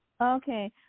Okay